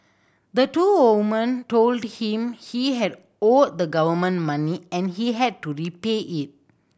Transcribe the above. the two woman told him he had owed the government money and he had to repay it